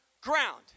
ground